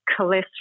cholesterol